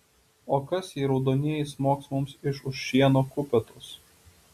o kas jei raudonieji smogs mums iš už šieno kupetos